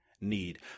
need